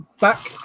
back